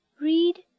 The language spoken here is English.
Read